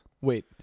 Wait